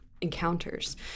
encounters